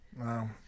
wow